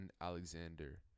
Alexander